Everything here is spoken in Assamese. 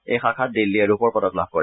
এই শাখাত দিল্লীয়ে ৰূপৰ পদক লাভ কৰে